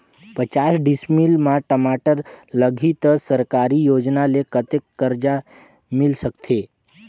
पचास डिसमिल मा टमाटर लगही त सरकारी योजना ले कतेक कर्जा मिल सकथे?